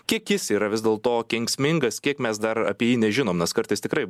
kiek jis yra vis dėlto kenksmingas kiek mes dar apie jį nežinom nes kartais tikrai